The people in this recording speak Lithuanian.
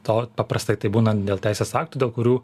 to paprastai tai būna dėl teisės aktų dėl kurių